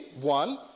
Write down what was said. one